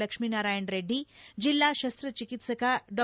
ಲಕ್ಷ್ಮೀನಾರಾಯಣ ರೆಡ್ಡಿ ಜಿಲ್ಲಾ ಶಸ್ತಚಿಕಿತ್ಸಕ ಡಾ